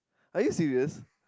are you serious